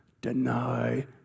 deny